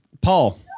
Paul